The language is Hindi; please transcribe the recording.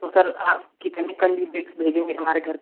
तो सर आप कितने कंडिडेट्स भेजेंगे हमारे घर पर